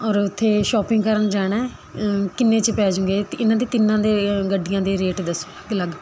ਔਰ ਉੱਥੇ ਸ਼ੋਪਿੰਗ ਕਰਨ ਜਾਣਾ ਕਿੰਨੇ 'ਚ ਪੈ ਜੂੰਗੇ ਕਿ ਇਹਨਾਂ ਦੇ ਤਿੰਨਾਂ ਦੇ ਰ ਗੱਡੀਆਂ ਦੇ ਰੇਟ ਦੱਸੋ ਅਲੱਗ ਅਲੱਗ